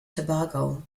tobago